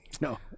No